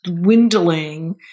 dwindling